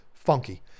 funky